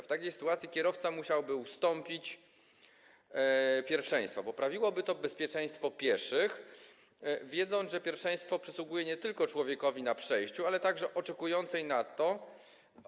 W takiej sytuacji kierowca musiałby ustąpić pierwszeństwa - co poprawiłoby bezpieczeństwo pieszych - wiedząc, że pierwszeństwo przysługuje nie tylko człowiekowi na przejściu, ale także oczekującej osobie.